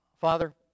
Father